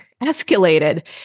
escalated